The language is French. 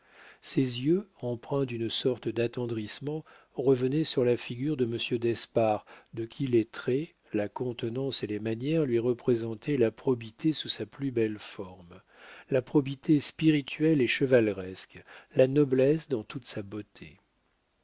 ses yeux empreints d'une sorte d'attendrissement revenaient sur la figure de monsieur d'espard de qui les traits la contenance et les manières lui représentaient la probité sous sa plus belle forme la probité spirituelle et chevaleresque la noblesse dans toute sa beauté